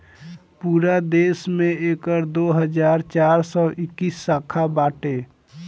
पूरा देस में एकर दो हज़ार चार सौ इक्कीस शाखा बाटे